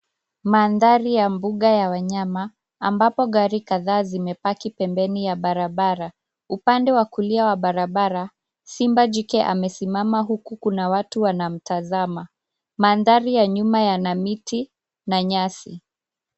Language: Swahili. Mandhari ya mbuga ya wanyama ambapo gari kadhaa zimepaki pembeni ya barabara. Upande wa kulia wa barabara, simba jike amesimama huku kuna watu wanamtazama. Mandhari ya nyuma yana miti na nyasi.